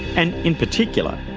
and in particular,